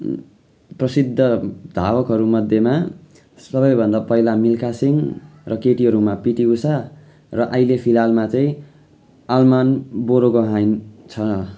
प्रसिद्ध धावकहरूमध्येमा सबैभन्दा पहिला मिल्खा सिंह र केटीहरूमा पिटी ऊषा र अहिले फिलहालमा चाहिँ अमलान बोरगोहेन छ